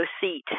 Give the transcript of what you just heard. seat